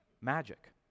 magic